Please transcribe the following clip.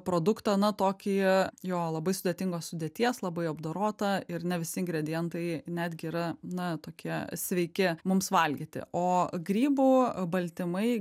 produktą na tokį jo jo labai sudėtingos sudėties labai apdorotą ir ne visi ingredientai netgi yra na tokie sveiki mums valgyti o grybų baltymai